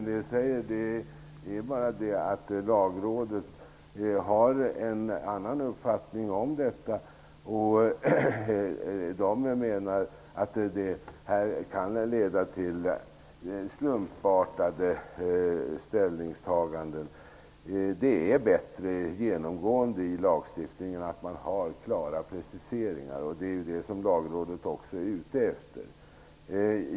Herr talman! Problemet med det som Inger René säger är att Lagrådet har en annan uppfattning och menar att detta förslag kan leda till slumpartade ställningstaganden. För lagstiftningen är det genomgående bättre att man har klara preciseringar, och det är just det som Lagrådet är ute efter.